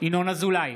ינון אזולאי,